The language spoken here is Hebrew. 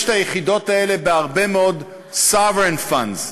יש יחידות כאלה בהרבה מאוד sovereign funds,